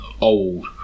old